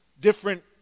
different